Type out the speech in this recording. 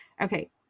Okay